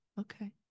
Okay